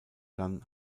dann